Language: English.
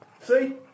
See